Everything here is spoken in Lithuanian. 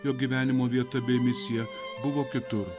jo gyvenimo vieta bei misija buvo kitur